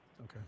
Okay